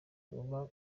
uba